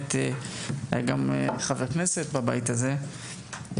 ובאמת היה גם חבר כנסת בבית הזה,